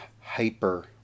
hyper